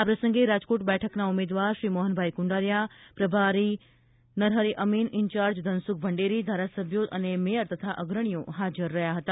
આ પ્રસંગે રાજકોટ બેઠકના ઉમેદવાર શ્રી મોહનભાઈ કુંડારીયા પ્રભારી નરહિ અમીન ઇન્ચાર્જ ધનસુખ ભંડેરી ધારાસભ્યો અને મેયર તથા અગ્રણીઓ હાજર રહ્યા હતા